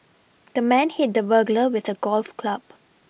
the man hit the burglar with a golf club